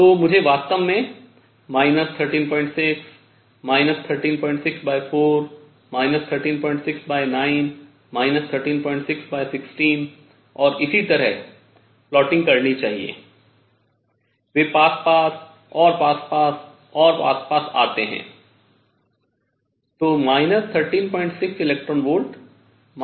तो मुझे वास्तव में 136 1364 1369 13616 और इसी तरह बनाना प्लॉटिंग करनी चाहिए वे पास पास और पास पास और पास पास आते हैं